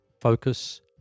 Focus